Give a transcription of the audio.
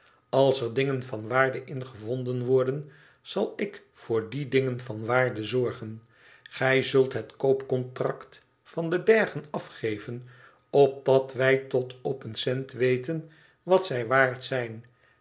als er dingen van waarde in gevonden worden zal ik voor die dingen van waarde zorgen gij zult het koop contract van de bergen afgeven opdat wij tot op een cent weten wat zij waard zijn